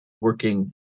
working